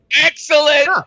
excellent